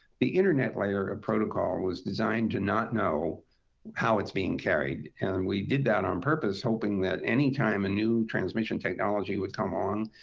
the internet layer of protocol was designed to not know how it's being carried. and we did that on purpose hoping that anytime a new transmission technology would come on,